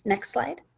next slide.